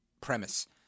premise